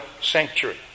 sanctuary